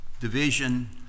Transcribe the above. division